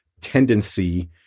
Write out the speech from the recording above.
tendency